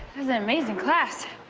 an amazing class.